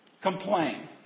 Complain